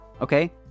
Okay